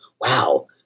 wow